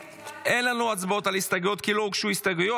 אין לנו הצבעות על הסתייגויות כי לא הוגשו הסתייגויות.